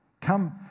Come